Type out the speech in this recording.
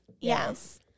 Yes